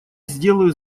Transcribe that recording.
сделаю